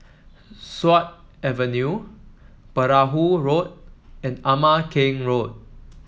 Sut Avenue Perahu Road and Ama Keng Road